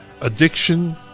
addiction